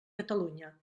catalunya